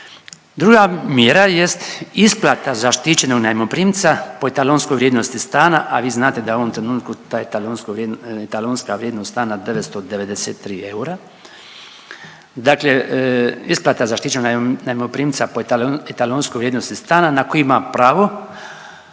Druga mjera jest isplata zaštićenog najmoprimca po etalonskoj vrijednosti stana, a vi znate da u ovom trenutku ta etalonska vrijednost stana 993 eura. Dakle, isplata zaštićenog najmoprimca po etalonskoj vrijednosti stana na koje ima pravo,